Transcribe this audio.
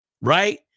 right